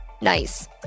Nice